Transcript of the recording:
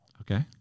Okay